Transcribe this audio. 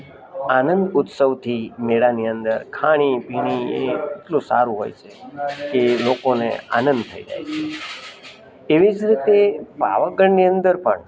આનંદ ઉત્સવથી મેળાની અંદર ખાણી પીણી એ એટલું સારું હોય છે કે લોકોને આનંદ થઈ જાય છે એવી જ રીતે પાવાગઢની અંદર પણ